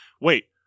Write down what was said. wait